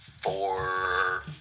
four